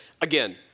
again